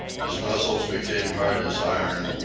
his muscles became hard as iron,